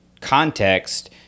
context